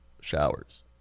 showers